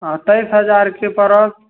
हँ तऽ तेइस हजारके पड़त